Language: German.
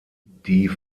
die